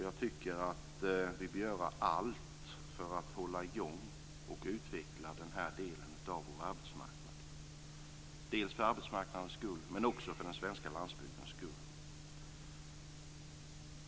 Jag tycker att vi bör göra allt för att hålla i gång och utveckla den här delen av vår arbetsmarknad - dels för arbetsmarknadens skull, dels också för den svenska landsbygdens skull.